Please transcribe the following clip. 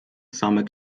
zamek